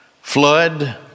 flood